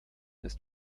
ist